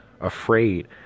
afraid